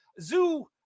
zoo